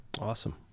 Awesome